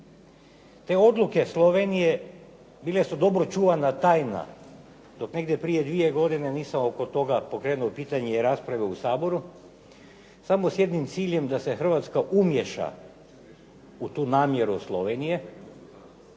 Te odluke Slovenije bile su dobro čuvana tajna dok negdje prije 2 godine nisam oko toga pokrenuo pitanje i rasprave u Saboru, samo s jednim ciljem da se Hrvatska umiješa u tu namjeru Slovenije